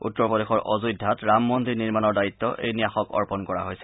উত্তৰ প্ৰদেশৰ অযোধ্যাত ৰাম মন্দিৰ নিৰ্মাণৰ দায়িত্ব এই ন্যাসক অৰ্পণ কৰা হৈছে